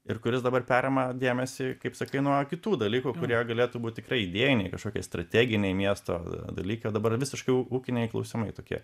ir kuris dabar perima dėmesį kaip sakai nuo kitų dalykų kurie galėtų būt tikrai idėjiniai kažkokie strateginiai miesto dalykai o dabar visiškai ū ūkiniai klausimai tokie